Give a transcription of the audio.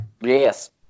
Yes